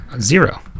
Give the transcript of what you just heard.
zero